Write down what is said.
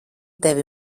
tevi